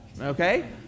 Okay